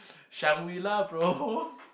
Shangri-La bro